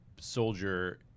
soldier